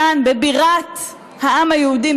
כאן בבירת העם היהודי,